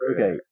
Okay